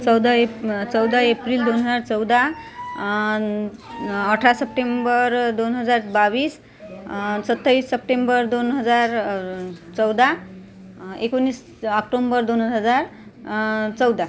चौदा एप चौदा एप्रिल दोन हजार चौदा अठरा सप्टेंबर दोन हजार बावीस सत्तावीस सप्टेंबर दोन हजार चौदा एकोनीस ऑक्टोंबर दोन हजार चौदा